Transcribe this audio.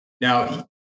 Now